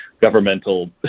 governmental